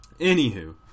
Anywho